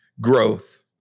growth